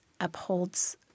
upholds